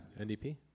NDP